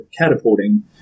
catapulting